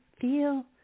feel